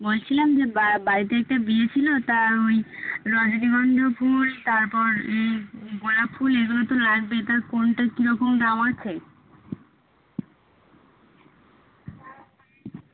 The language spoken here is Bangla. বলছিলাম যে বা বাড়িতে একটা বিয়ে ছিলো তা ওই রজনীগন্ধা ফুল তারপর এই গোলাপ ফুল এইগুলো তো লাগবেই তা কোনটা কীরকম দাম আছে